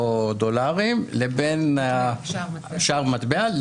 שזה שער מטבע,